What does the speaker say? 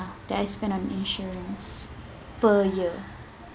ya that I spend on insurance per year